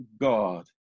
God